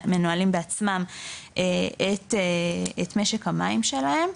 מנהלים בעצמם את משק המים שלהם,